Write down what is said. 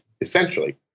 essentially